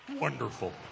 Wonderful